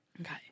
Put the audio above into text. Okay